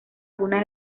algunas